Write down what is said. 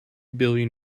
billion